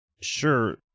sure